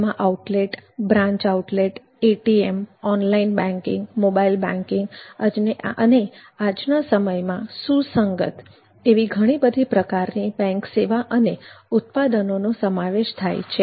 તેમાં outlet branch outlet ATM online banking mobile banking અને આજના સમયમાં સુસંગત એવી ઘણી બધી પ્રકારની બેંકની સેવા અને ઉત્પાદનોનો સમાવેશ થાય છે